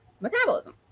metabolism